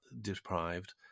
deprived